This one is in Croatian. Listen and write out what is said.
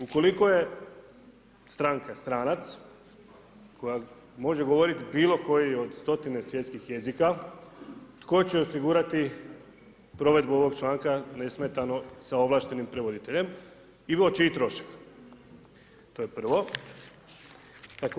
Ukoliko je stranka stranac koja može govoriti bilo koji od stotine svjetskih jezika tko će osigurati provedbu ovog članka nesmetano sa ovlaštenim prevoditeljem, Ivo Čitroš to je prvo.